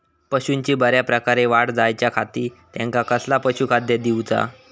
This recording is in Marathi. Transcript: पशूंची बऱ्या प्रकारे वाढ जायच्या खाती त्यांका कसला पशुखाद्य दिऊचा?